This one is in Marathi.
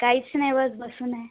काहीच नाही बघ बसून आहे